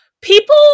people